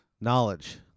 knowledge